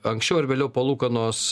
anksčiau ar vėliau palūkanos